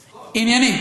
ענייני.